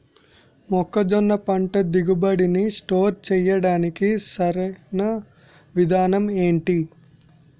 మొక్కజొన్న పంట దిగుబడి నీ స్టోర్ చేయడానికి సరియైన విధానం ఎంటి?